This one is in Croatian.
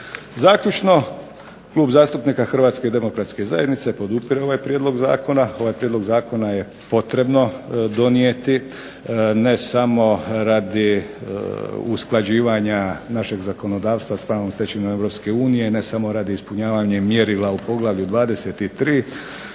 Zaključno, Klub zastupnika Hrvatske demokratske zajednice podupire ovaj prijedlog zakona, ovaj prijedlog zakona je potrebno donijeti, ne samo radi usklađivanja našeg zakonodavstva s pravnom stečevinom Europske unije, ne samo radi ispunjavanja mjerila u poglavlju 23.,